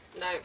No